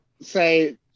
say